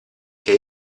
che